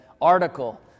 article